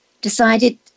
decided